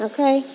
Okay